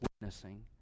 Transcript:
witnessing